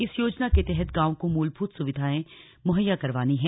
इस योजना के तहत गांव को मूलभूत सुविधाएं मुहैया करवानी है